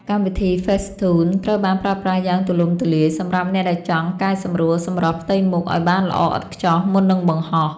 កម្មវិធី ហ្វេសធូន ត្រូវបានប្រើប្រាស់យ៉ាងទូលំទូលាយសម្រាប់អ្នកដែលចង់កែសម្រួលសម្រស់ផ្ទៃមុខឱ្យបានល្អឥតខ្ចោះមុននឹងបង្ហោះ។